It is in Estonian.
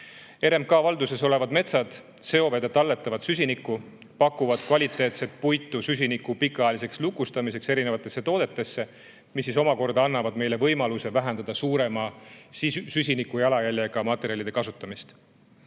RMK valduses olevad metsad seovad ja talletavad süsinikku ning pakuvad kvaliteetset puitu süsiniku pikaajaliseks lukustamiseks erinevatesse toodetesse, mis omakorda annavad meile võimaluse vähendada suurema süsinikujalajäljega materjalide kasutamist.